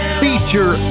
feature